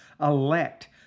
elect